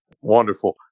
Wonderful